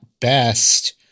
best –